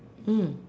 mm